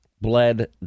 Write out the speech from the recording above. bled